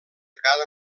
cada